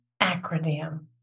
acronym